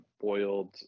boiled